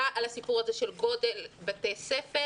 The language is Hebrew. על הסיפור הזה של גודל בתי ספר,